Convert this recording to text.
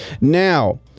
Now